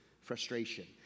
frustration